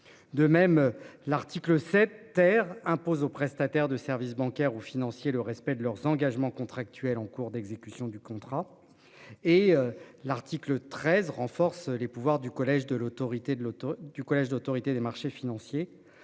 De même l'article 7 terre impose aux prestataires de services bancaires ou financiers, le respect de leurs engagements contractuels en cours d'exécution du contrat et l'article 13 renforce les pouvoirs du collège de l'autorité de l'autoroute